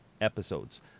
episodes